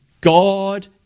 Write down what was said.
God